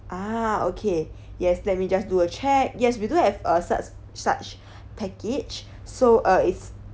ah okay yes let me just do a check yes we do have uh such~ such package so uh it's